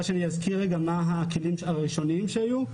אני אזכיר מה הכלים הראשוניים שהיו,